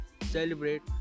celebrate